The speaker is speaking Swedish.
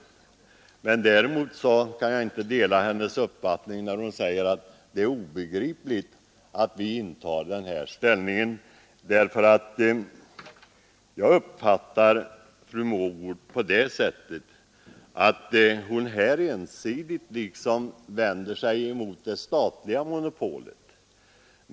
Däremot kan jag inte dela hennes uppfattning när hon säger att det är obegripligt att vi har den här inställningen. Jag uppfattar fru Mogård så att hon här ensidigt vänder sig mot det statliga monopolet.